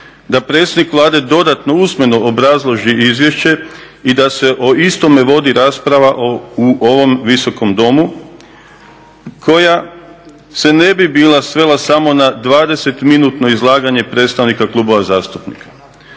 sa predsjednik Vlade dodatno usmeno obrazloži izvješće i da se o istome vodi rasprava u ovom Visokom domu koja se ne bi bila svela samo na 20 minutno izlaganje predstavnika klubova zastupnika.